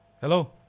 Hello